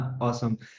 Awesome